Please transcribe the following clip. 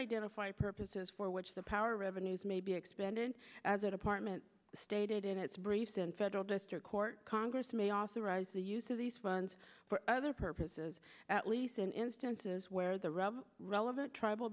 identify purposes for which the power revenues may be expended as apartment stated in its brief in federal district court congress may authorize the use of these funds for other purposes at least in instances where the rebel relevant tribal